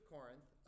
Corinth